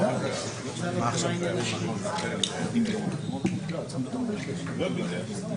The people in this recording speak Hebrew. ננעלה בשעה 08:50.